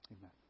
Amen